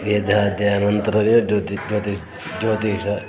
वेदाध्ययनानन्तरमेव ज्यौति ज्यौति ज्योतिषः